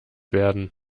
werden